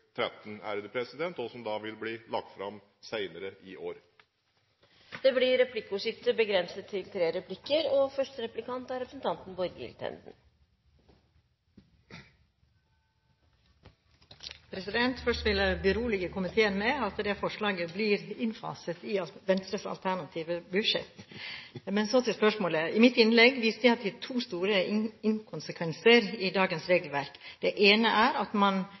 som vil bli lagt fram senere i år. Det blir replikkordskifte. Først vil jeg berolige komiteen med at det forslaget blir innfaset i Venstres alternative budsjett. Men så til spørsmålet. I mitt innlegg viste jeg til to store inkonsekvenser i dagens regelverk. Det ene er at man